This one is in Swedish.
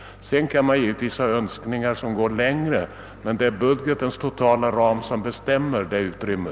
Därutöver kan man givetvis ha längre gående önskningar, men det är budgetens totala ram som bestämmer detta utrymme.